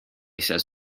says